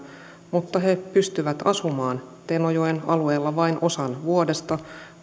mutta he pystyvät asumaan tenojoen alueella vain osan vuodesta